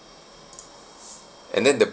and then the